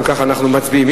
אם כך, אנחנו מצביעים.